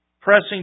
pressing